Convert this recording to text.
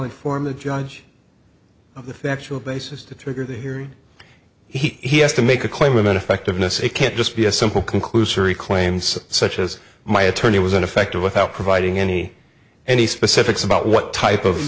inform the judge of the factual basis to trigger the here he has to make a claim in effectiveness it can't just be a simple conclusory claims such as my attorney was ineffective without providing any any specifics about what type of